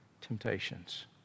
temptations